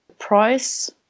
Price